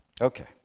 Okay